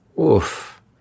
Oof